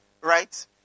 Right